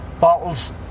bottles